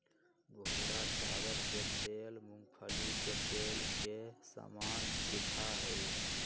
भूरा चावल के तेल मूंगफली के तेल के समान दिखा हई